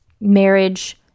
marriage